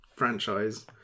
franchise